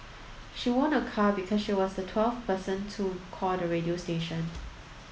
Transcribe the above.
she won a car because she was the twelfth person to call the radio station